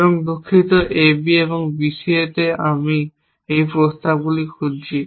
এবং দুঃখিত A B এবং B C এ আমি এই প্রস্তাবগুলি খুঁজছি